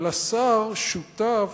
אבל השר שותף,